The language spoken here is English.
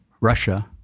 Russia